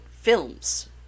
films